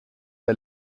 der